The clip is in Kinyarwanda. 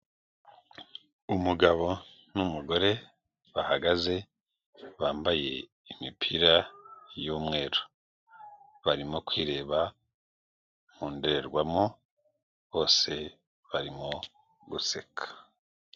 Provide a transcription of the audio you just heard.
Umugabo n'umugore bahagaze bambaye imipira y'umweru barimo kwireba mu ndorerwamo bose barimo guseka.